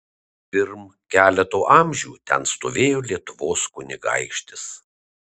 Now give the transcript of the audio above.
pirm keleto amžių ten stovėjo lietuvos kunigaikštis